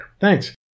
Thanks